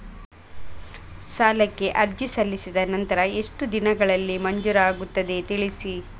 ಸಾಲಕ್ಕೆ ಅರ್ಜಿ ಸಲ್ಲಿಸಿದ ನಂತರ ಎಷ್ಟು ದಿನಗಳಲ್ಲಿ ಮಂಜೂರಾಗುತ್ತದೆ ತಿಳಿಸಿ?